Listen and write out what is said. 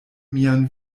mian